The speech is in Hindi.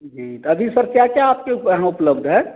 जी तो अभी सर क्या क्या आपके उप यहाँ उपलब्ध है